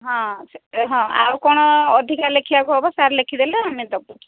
ହଁ ହଁ ଆଉ କ'ଣ ଅଧିକା ଲେଖିବାକୁ ହବ ସାର୍ ଲେଖିଦେଲେ ଆମେ ଦେବୁ